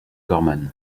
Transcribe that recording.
gorman